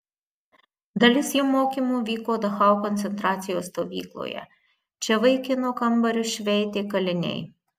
dalis jo mokymų vyko dachau koncentracijos stovykloje čia vaikino kambarius šveitė kaliniai